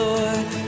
Lord